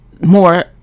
more